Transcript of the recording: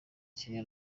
kenya